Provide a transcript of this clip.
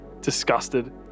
disgusted